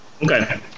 Okay